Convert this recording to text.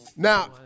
Now